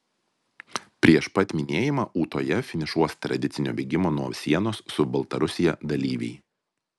prieš pat minėjimą ūtoje finišuos tradicinio bėgimo nuo sienos su baltarusija dalyviai